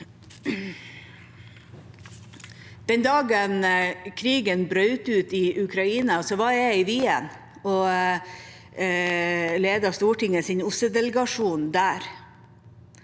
Den dagen krigen brøt ut i Ukraina, var jeg i Wien og ledet Stortingets OSSE-delegasjon.